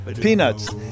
Peanuts